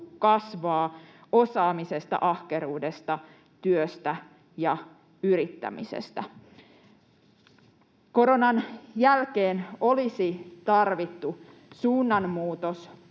kasvaa osaamisesta, ahkeruudesta, työstä ja yrittämisestä. Koronan jälkeen olisi tarvittu suunnanmuutos,